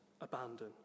abandon